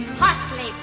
parsley